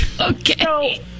Okay